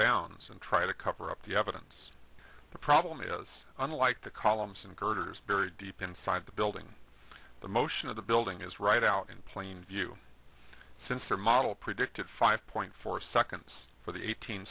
bounds and try to cover up the evidence the problem is unlike the columns and girders buried deep inside the building the motion of the building is right out in plain view since their model predicted five point four seconds for the eighteen